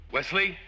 Wesley